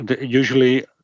usually